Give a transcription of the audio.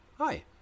Hi